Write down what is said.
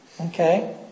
okay